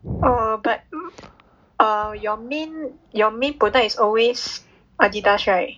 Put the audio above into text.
oh but err your main your main product is always Adidas right